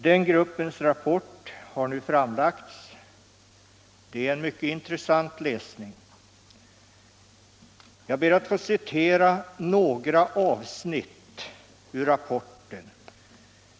Denna grupps rapport har nu framlagts. Det är en mycket intressant läsning. Jag ber att få citera några avsnitt ur den rapporten.